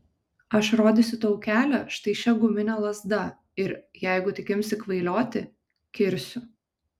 aš rodysiu tau kelią štai šia gumine lazda ir jeigu tik imsi kvailioti kirsiu